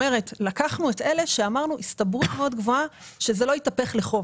לקחנו את אלה שאמרנו שיש הסתברות מאוד גבוהה שזה לא יתהפך לחוב.